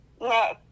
No